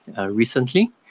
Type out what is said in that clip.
recently